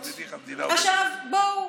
עכשיו, בואו,